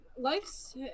Life's